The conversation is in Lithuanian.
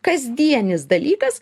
kasdienis dalykas